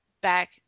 back